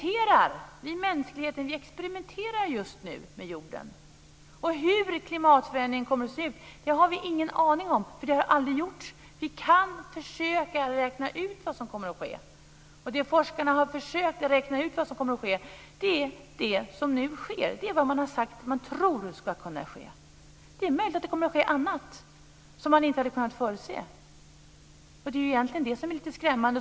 Mänskligheten experimenterar just nu med jorden. Vi har ingen aning om hur klimatförändringen kommer att se ut, eftersom det aldrig har gjorts förut. Vi kan försöka räkna ut vad som kommer att ske. Forskarna har försökt att räkna ut vad som kommer att ske, och det är det som nu sker. Det är vad man har sagt att man tror ska kunna ske. Det möjligt att det kommer att ske något annat som man inte har kunnat förutse. Det är egentligen lite skrämmande.